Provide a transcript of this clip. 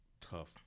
tough